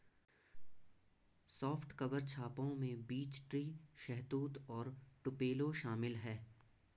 soft cover छापों में beech tree, शहतूत और टुपेलो शामिल है